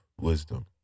wisdom